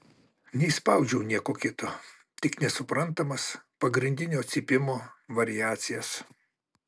neišspaudžiau nieko kito tik nesuprantamas pagrindinio cypimo variacijas